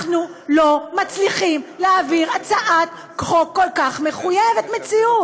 אנחנו לא מצליחים להעביר הצעת חוק כל כך מחויבת מציאות?